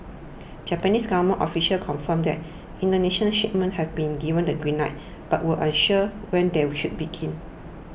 Japanese government officials confirmed that Indonesian shipments have been given the green light but were unsure when they would begin